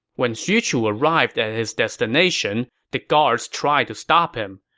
when xu chu arrived at his destination, the guards tried to stop him,